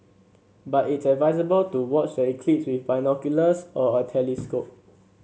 but it's advisable to watch the eclipse with binoculars or a telescope